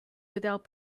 without